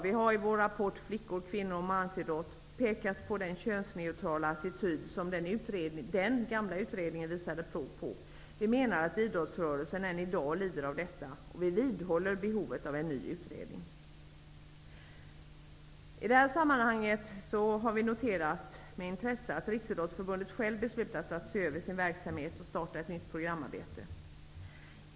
Vi har också i vår rapport ''Flickor, kvinnor och mansidrott'' pekat på den könsneutrala attityd som den gamla utredningen visade prov på. Vi menar att idrottsrörelsen än i dag lider av detta, och vi vidhåller behovet av en ny utredning. Vi har med intresse noterat att Riksidrottsförbundet självt beslutat att se över sin verksamhet och startat ett nytt programarbete.